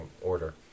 order